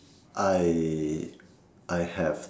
I I have